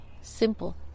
simple